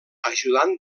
ajudant